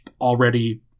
already